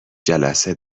جلسه